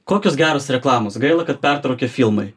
kokios geros reklamos gaila kad pertraukia filmai